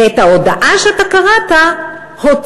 ואת ההודעה שאתה קראת הוציאו,